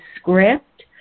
script